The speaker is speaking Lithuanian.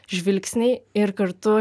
žvilgsniai ir kartu